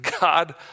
God